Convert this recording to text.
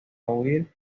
huir